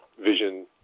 vision